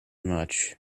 much